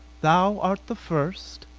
thou art the first.